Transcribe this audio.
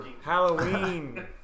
Halloween